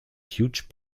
huge